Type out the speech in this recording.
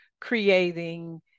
creating